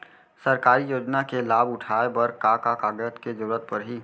सरकारी योजना के लाभ उठाए बर का का कागज के जरूरत परही